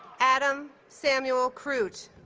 adam samuel kroot